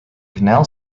canal